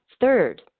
Third